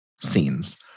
scenes